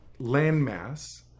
landmass